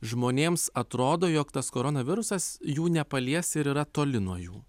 žmonėms atrodo jog tas koronavirusas jų nepalies ir yra toli nuo jų